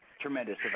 tremendous